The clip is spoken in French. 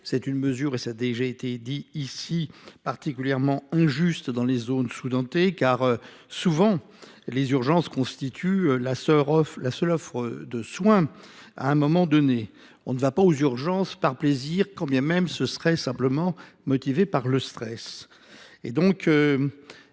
C’est une mesure, cela a déjà été dit ici, particulièrement injuste dans les zones sous dentées, car souvent les urgences y constituent, à un moment donné, la seule offre de soins. On ne va pas aux urgences par plaisir, quand bien même on serait simplement motivé par le stress.